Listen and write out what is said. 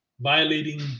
violating